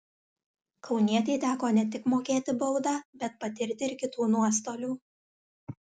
kaunietei teko ne tik mokėti baudą bet patirti ir kitų nuostolių